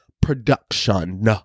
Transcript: production